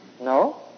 No